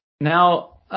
Now